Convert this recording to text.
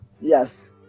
Yes